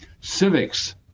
Civics